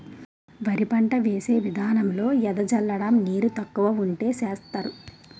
వరి పంట వేసే విదానంలో ఎద జల్లడం నీరు తక్కువ వుంటే సేస్తరు